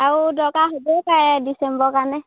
আৰু দৰকাৰ হ'বও পাৰে ডিচেম্বৰৰ কাৰণে